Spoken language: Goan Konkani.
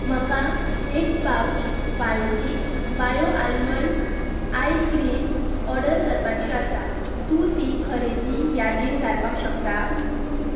म्हाका एक pouch Biotique bio almond eye cream order करपाची आसा तूं ती खरेदी यादींत घालपाक शकता